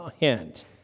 hand